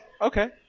Okay